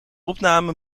opname